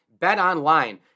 BetOnline